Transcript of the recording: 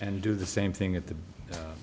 and do the same thing at the